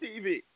TV